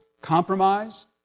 compromise